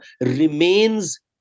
remains